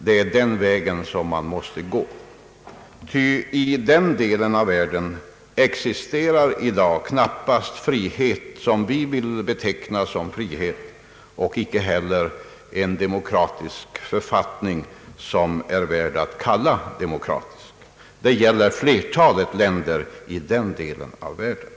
Det är den vägen man måste gå. Ty i den delen av världen existerar i dag knappast någon frihet som vi vill beteckna såsom frihet och icke heller en demokratisk författning som är värd att kallas demokratisk. Detta gäller flertalet länder i den delen av världen.